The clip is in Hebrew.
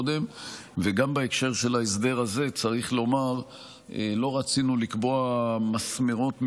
גם בהקשר של ההסדר הזה צריך לומר שלא רצינו לקבוע מסמרות מיידית,